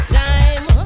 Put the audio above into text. time